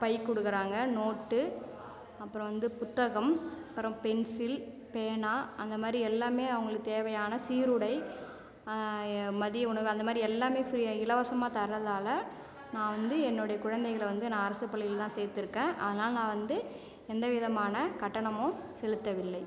by கொடுக்கறாங்க note அப்புறம் வந்து புத்தகம் அப்புறம் பென்சில் பேனா அந்த மேரி எல்லாமே அவங்களுக்குத் தேவையான சீருடை மதிய உணவு அந்த மேரி எல்லாமே ஃபிரீயாக இலவசமாக தர்றதால நான் வந்து என்னுடைய குழந்தைகளை வந்து நான் அரசுப் பள்ளியில் தான் சேர்த்துருக்கேன் அதனால் நான் வந்து எந்த விதமான கட்டணமும் செலுத்தவில்லை